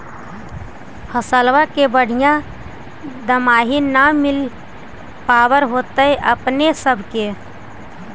फसलबा के बढ़िया दमाहि न मिल पाबर होतो अपने सब के?